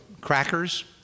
crackers